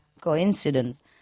coincidence